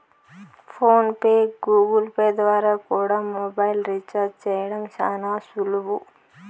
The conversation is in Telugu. ఫోన్ పే, గూగుల్పే ద్వారా కూడా మొబైల్ రీచార్జ్ చేయడం శానా సులువు